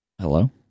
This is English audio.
hello